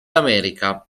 america